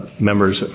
members